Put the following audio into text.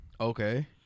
Okay